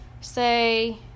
Say